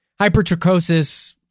Hypertrichosis